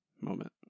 moment